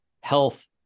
health